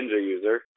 user